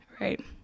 right